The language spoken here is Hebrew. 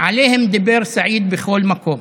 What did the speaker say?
שעליהם דיבר סעיד בכל מקום.